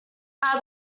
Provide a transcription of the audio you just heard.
are